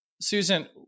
Susan